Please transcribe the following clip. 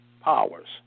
powers